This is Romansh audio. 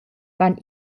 van